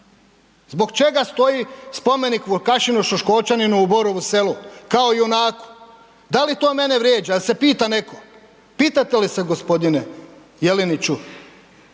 Zbog čega stoji spomenik Vukašinu Šoškočaninu u Borovu selu kao junaku? Da li to mene vrijeđa, jel se pita netko? Pitate li se gospodine Jeleniću